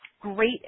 great